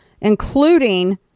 including